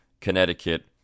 Connecticut